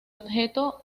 objeto